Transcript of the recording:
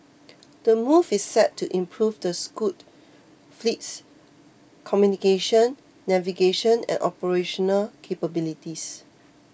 the move is set to improve the Scoot fleet's communication navigation and operational capabilities